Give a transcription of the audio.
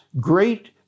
great